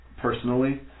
Personally